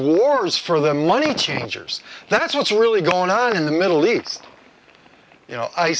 wars for the money changers that's what's really going on in the middle east you know i